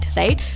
right